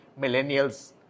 millennials